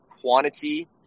quantity